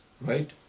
right